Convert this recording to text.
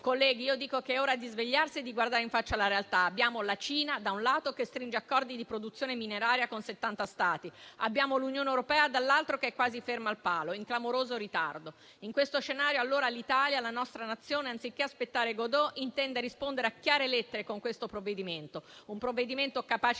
Colleghi, è ora di svegliarsi e di guardare in faccia la realtà. Abbiamo la Cina, da un lato, che stringe accordi di produzione mineraria con settanta Stati e, dall'altro, abbiamo l'Unione europea che è quasi ferma al palo, in clamoroso ritardo. In questo scenario, l'Italia, la nostra Nazione, anziché aspettare Godot, intende rispondere a chiare lettere con questo provvedimento. Un provvedimento capace